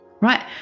right